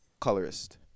colorist